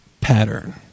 pattern